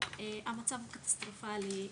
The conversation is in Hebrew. המצב הוא קטסטרופלי,